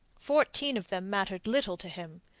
fourteen of them mattered little to him,